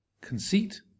conceit